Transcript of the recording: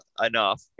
enough